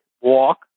walk